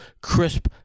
crisp